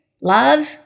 love